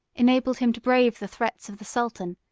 enabled him to brave the threats of the sultan,